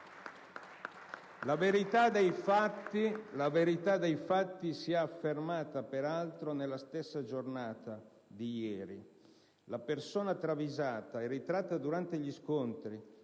La verità dei fatti si è affermata peraltro nella stessa giornata di ieri: la persona travisata e ritratta durante gli scontri